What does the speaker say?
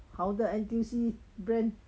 好的 N_T_U_C brand